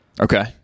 Okay